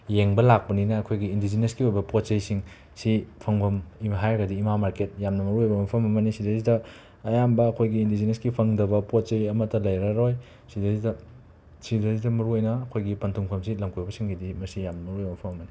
ꯌꯦꯡꯕ ꯂꯥꯛꯄꯅꯤꯅ ꯑꯩꯈꯣꯏꯒꯤ ꯏꯟꯗꯤꯖꯤꯅꯁꯀꯤ ꯑꯣꯏꯕ ꯄꯣꯠ ꯆꯩꯁꯤꯡ ꯑꯁꯤ ꯐꯪꯐꯝ ꯍꯥꯏꯔꯒꯗꯤ ꯏꯃꯥ ꯃꯥꯔꯀꯦꯠ ꯌꯥꯝꯅ ꯃꯔꯨ ꯑꯣꯏꯕ ꯃꯐꯝ ꯑꯃꯅꯤ ꯁꯤꯗꯩꯁꯤꯗ ꯑꯌꯥꯝꯕ ꯑꯩꯈꯣꯏꯒꯤ ꯏꯟꯗꯤꯖꯤꯅꯁꯀꯤ ꯐꯪꯗꯕ ꯄꯣꯠ ꯆꯩ ꯑꯃꯠꯇ ꯂꯩꯔꯔꯣꯏ ꯁꯤꯗꯩꯁꯤꯗ ꯁꯤꯗꯩꯁꯤꯗ ꯃꯔꯨꯑꯣꯏꯅ ꯑꯩꯈꯣꯏꯒꯤ ꯄꯟꯊꯨꯡꯐꯝꯁꯤ ꯂꯝꯀꯣꯏꯕꯁꯤꯡꯒꯤꯗꯤ ꯃꯁꯤ ꯌꯥꯝꯅ ꯃꯔꯨꯑꯣꯏꯕ ꯃꯐꯝ ꯑꯃꯅꯤ